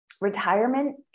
retirement